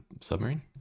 submarine